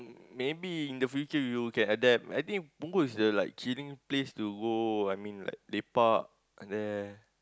maybe in the future you can adapt I think punggol is the like chilling place to go I mean like lepak at there